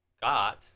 got